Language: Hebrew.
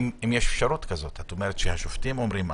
את אומרת שהשופטים אומרים,